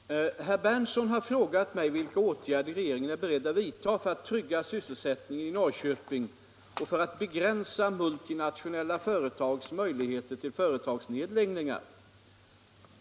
Herr talman! Herr Berndtson har frågat mig vilka åtgärder regeringen är beredd vidta för att trygga sysselsättningen i Norrköping och för att begränsa multinationella företags möjligheter till företagsnedläggningar.